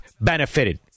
benefited